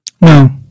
No